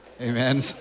Amen